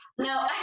No